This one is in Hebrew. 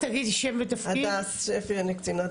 אני עו"ד וסנ"צ, קצינת